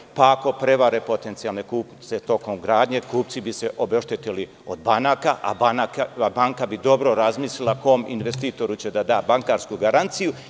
U tom slučaju, ako prevare potencijalne kupce tokom gradnje, kupci bi se obeštetili od banaka, a banka bi dobro razmislila kom investitoru će dati bankarsku garanciju.